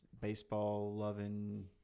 Baseball-loving